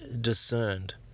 discerned